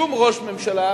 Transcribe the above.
שום ראש ממשלה